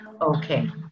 okay